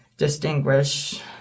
distinguish